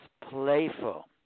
playful